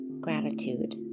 gratitude